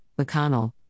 McConnell